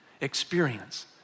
Experience